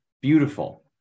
beautiful